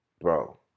Bro